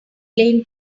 plain